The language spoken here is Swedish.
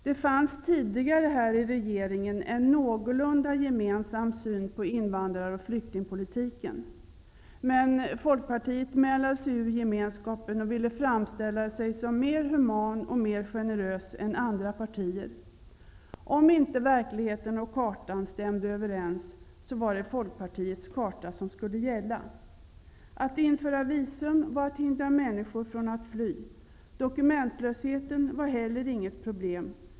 Det fanns tidigare här i kammaren en någorlunda samsyn på invandrar och flyktingpolitiken. Folkpartiet mälde sig emellertid ur gemenskapen och man ville framställa sig som mer human och mer generös än man var inom andra partier. Om inte verkligheten och kartan stämde överens, var det Folkpartiets karta som gällde. Att införa visum var att hindra människor från att fly. Dokumentlösheten var heller inget problem.